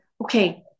okay